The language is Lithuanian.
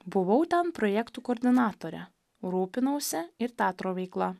buvau ten projektų koordinatore rūpinausi ir teatro veikla